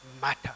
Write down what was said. matter